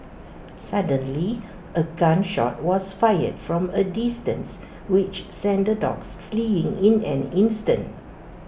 suddenly A gun shot was fired from A distance which sent the dogs fleeing in an instant